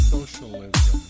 Socialism